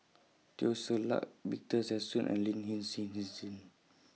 Teo Ser Luck Victor Sassoon and Lin Hin Hsin Hsin